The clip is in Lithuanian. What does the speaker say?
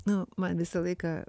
nu man visą laiką